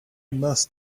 must